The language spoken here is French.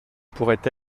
pourrait